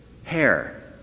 Hair